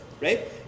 right